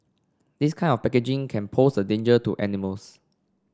this kind of packaging can pose a danger to animals